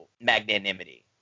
magnanimity